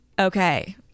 okay